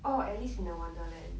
orh alice in the wonderland